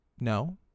No